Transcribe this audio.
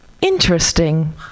Interesting